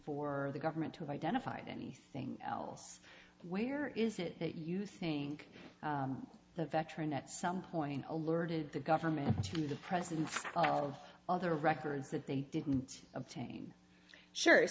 for the government to identify anything else where is it that you think the veteran at some point alerted the government to the presence of other records that they didn't obtain sure